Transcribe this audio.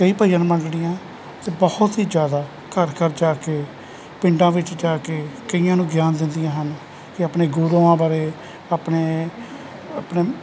ਕਈ ਭਜਨ ਮੰਡਲੀਆਂ ਤਾਂ ਬਹੁਤ ਹੀ ਜ਼ਿਆਦਾ ਘਰ ਘਰ ਜਾ ਕੇ ਪਿੰਡਾਂ ਵਿੱਚ ਜਾ ਕੇ ਕਈਆਂ ਨੂੰ ਗਿਆਨ ਦਿੰਦੀਆਂ ਹਨ ਕਿ ਆਪਣੇ ਗੁਰੂਆਂ ਬਾਰੇ ਆਪਣੇ ਆਪਣੇ